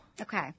Okay